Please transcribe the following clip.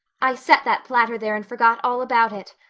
i set that platter there and forgot all about it.